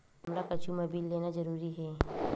हमला कुछु मा बिल लेना जरूरी हे?